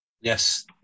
Yes